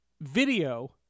video